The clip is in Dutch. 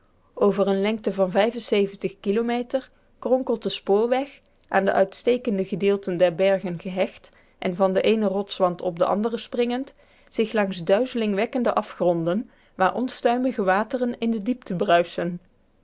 over eene lengte van kilometer kronkelt de spoorweg aan de uitstekende gedeelten der bergen gehecht en van den eenen rotswand op den anderen springend zich langs duizelingwekkende afgronden waar onstuimige wateren in de diepte bruisen